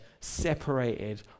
separated